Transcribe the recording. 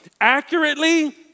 accurately